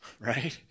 Right